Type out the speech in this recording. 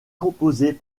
composés